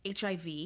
HIV